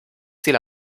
ziel